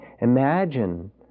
Imagine